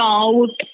out